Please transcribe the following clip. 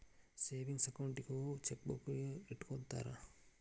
savings ಅಕೌಂಟಿಗೂ chequebook ಇಟ್ಟ್ಕೊತ್ತರ